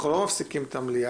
אנחנו לא מפסיקים את המליאה,